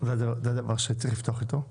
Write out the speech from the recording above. זה הדבר שצריך לפתוח איתו.